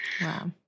Wow